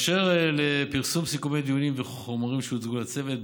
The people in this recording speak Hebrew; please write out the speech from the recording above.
אשר לפרסום סיכומי דיונים וחומרים שהוצגו לצוות,